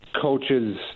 coaches